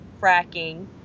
fracking